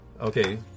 Okay